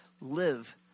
live